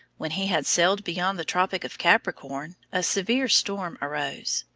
when he had sailed beyond the tropic of capricorn, a severe storm arose.